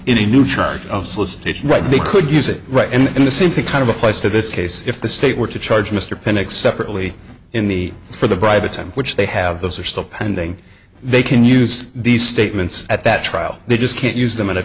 a new charge of solicitation right they could use it right and the same thing kind of applies to this case if the state were to charge mr pinnock separately in the for the bribe the time which they have those are still pending they can use these statements at that trial they just can't use them in a